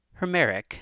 Hermeric